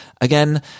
Again